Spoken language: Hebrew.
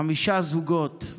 חמישה זוגות.